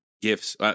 gifts